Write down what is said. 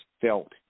felt